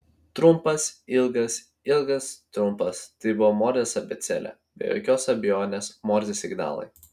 trumpas ilgas ilgas trumpas tai buvo morzės abėcėlė be jokios abejonės morzės signalai